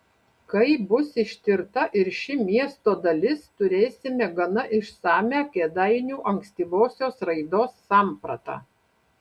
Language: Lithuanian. kai bus ištirta ir ši miesto dalis turėsime gana išsamią kėdainių ankstyvosios raidos sampratą